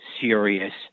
serious